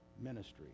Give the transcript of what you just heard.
ministry